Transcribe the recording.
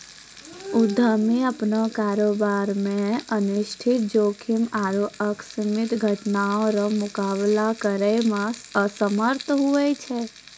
उद्यमी अपनो कारोबार मे अनिष्ट जोखिम आरु आकस्मिक घटना रो मुकाबला करै मे समर्थ हुवै छै